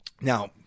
Now